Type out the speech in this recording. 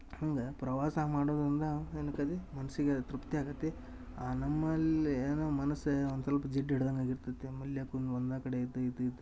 ಹಂಗೆ ಪ್ರವಾಸ ಮಾಡೋದರಿಂದ ಏನಾಕ್ಕತಿ ಮನಸ್ಸಿಗೆ ತೃಪ್ತಿ ಆಕ್ಕತಿ ನಮ್ಮಲ್ಲಿ ಏನು ಮನಸೇ ಒಂದು ಸ್ವಲ್ಪ ಜಿಡ್ ಹಿಡ್ದಂಗ ಆಗಿರ್ತೈತಿ ಮನೇಲಿ ಕುಂದ್ ಒಂದ ಕಡೆ ಇದು ಇದ್ದಿದ್ದು